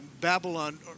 Babylon